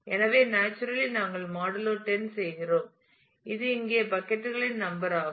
எனவே நேச்சுரலி நாங்கள் மாடூலோ 10 ஐ செய்கிறோம் இது இங்கே பக்கட் களின் நம்பர் ஆகும்